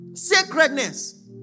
sacredness